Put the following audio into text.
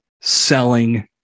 selling